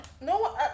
No